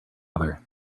other